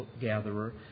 gatherer